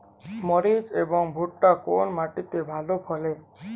মরিচ এবং ভুট্টা কোন মাটি তে ভালো ফলে?